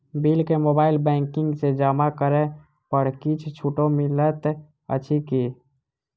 Bill केँ mobile banking सँ जमा करै पर किछ छुटो मिलैत अछि की?